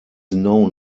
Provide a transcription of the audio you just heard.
known